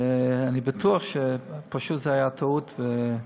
ואני בטוח שפשוט זו הייתה טעות.